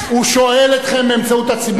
הוא שואל אתכם באמצעות הציבור,